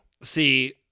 See